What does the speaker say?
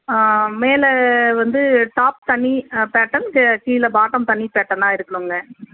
மேலே வந்து டாப் தனி பேட்டேர்ன் ஆ கீழ பாட்டம் தனி பேட்டேர்னாக இருக்கணுங்க